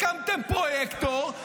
הקמתם פרויקטור,